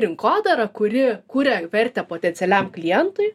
rinkodara kuri kuria vertę potencialiam klientui